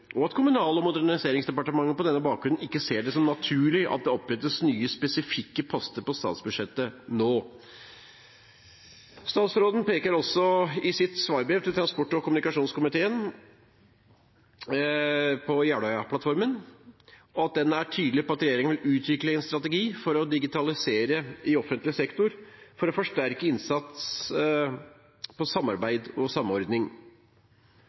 og at Kommunal- og moderniseringsdepartementet på denne bakgrunn ikke ser det som naturlig at det opprettes nye, spesifikke poster på statsbudsjettet nå. Statsråden peker også i sitt svarbrev til transport- og kommunikasjonskomiteen på at Jeløya-plattformen er tydelig på at regjeringen vil utvikle en strategi for å digitalisere i offentlig sektor, for å forsterke innsatsen for samarbeid og samordning.